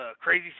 crazy